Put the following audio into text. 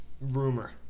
rumor